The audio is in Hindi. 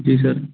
जी सर